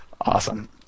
Awesome